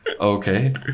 okay